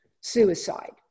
suicide